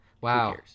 wow